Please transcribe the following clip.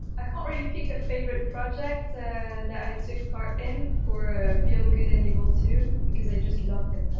i can't really pick a favorite project that i took part in for ah beyond good and evil two because i just love them all.